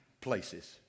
places